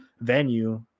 venue